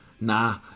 Nah